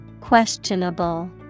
Questionable